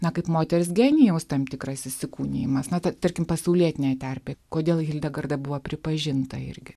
na kaip moters genijaus tam tikras įsikūnijimas na ta tarkim pasaulietinėje terpėj kodėl hildegarda buvo pripažinta irgi